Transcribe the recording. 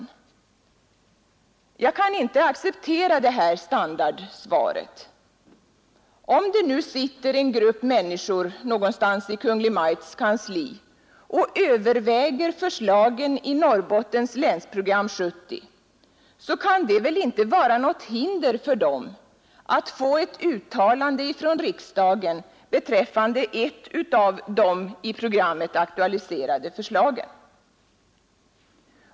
Jag kan inte acceptera det här standardsvaret. Om det nu sitter en grupp människor någonstans i Kungl. Maj:ts kansli och överväger förslagen i Norrbottens Länsprogram 1970, så kan det väl inte vara något hinder för dem att få ett uttalande från riksdagen beträffande ett av de i programmet aktualiserade förslagen.